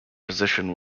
position